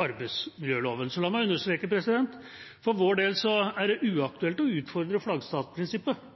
arbeidsmiljøloven. La meg understreke: For vår del er det uaktuelt å utfordre flaggstatsprinsippet